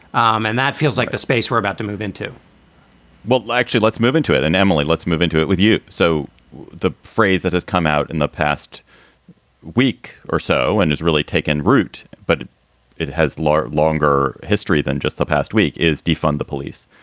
um and that feels like the space we're about to move into well, actually, let's move into it and emily, let's move into it with you. so the phrase that has come out in the past week or so and has really taken root. but it has lasted longer history than just the past week is defund the police.